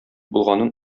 булганын